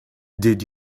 did